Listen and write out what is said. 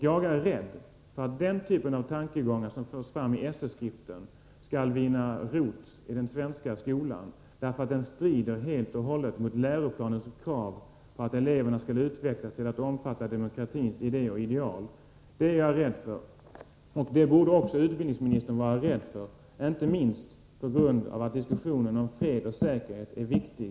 Jag är rädd för att den typ av tankegångar som förs fram i SÖ-skriften skall vinna fäste och slå rot i den svenska skolan. De strider helt och hållet mot läroplanens krav på att eleverna skall utvecklas till att omfatta demokratins idéer och ideal. Detta är jag rädd för, och det borde också utbildningsministern vara rädd för — inte minst på grund av att diskussionen om fred och säkerhet är så viktig.